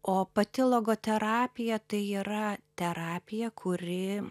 o pati logoterapija tai yra terapija kuri